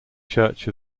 church